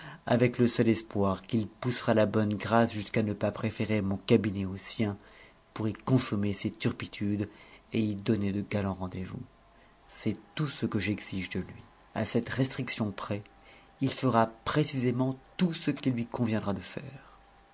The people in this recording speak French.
avec le seul espoir qu'il poussera la bonne grâce jusqu'à ne pas préférer mon cabinet au sien pour y consommer ses turpitudes et y donner de galants rendez-vous c'est tout ce que j'exige de lui à cette restriction près il fera précisément tout ce qui lui conviendra de faire